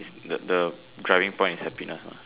is the the driving point is happiness ah